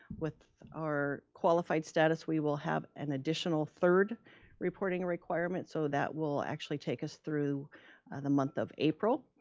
with our qualified status, we will have an additional third reporting requirement, so that will actually take us through and the month of april.